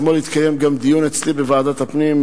אתמול התקיים גם דיון אצלי בוועדת הפנים,